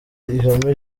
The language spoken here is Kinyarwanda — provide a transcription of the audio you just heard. ihame